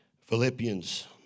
Philippians